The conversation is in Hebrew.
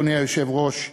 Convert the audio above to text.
אדוני היושב-ראש,